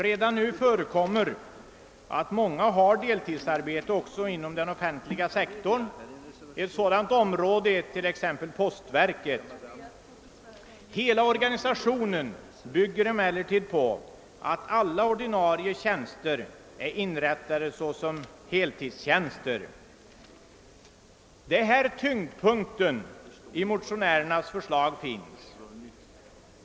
Redan nu förekommer att många har deltidsarbete också inom den offentliga sektorn. Som exempel kan postverket anföras. Hela organisationen bygger emellertid på att alla ordinarie tjänster är inrättade såsom heltidstjänster. Det är här tyngdpunkten i motionärernas förslag ligger.